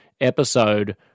episode